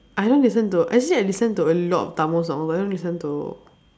I don't listen to actually I listen to a lot of Tamil song but I don't listen to